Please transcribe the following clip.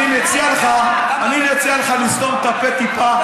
אני מציע לך לסתום את הפה טיפה.